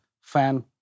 fan